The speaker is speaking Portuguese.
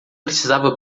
precisava